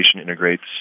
integrates